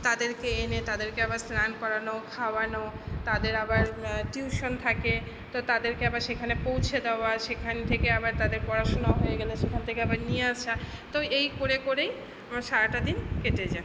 তাদেরকে এনে তাদেরকে আবার স্নান করানো খাওয়ানো তাদের আবার টিউশন থাকে তো তাদেরকে আবার সেখানে পৌঁছে দেওয়া সেখান থেকে আবার তাদের পড়াশুনো হয়ে গেলে সেখান থেকে আবার নিয়ে আসা তো এই করে করেই আমার সারাটা দিন কেটে যায়